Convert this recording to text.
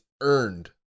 earned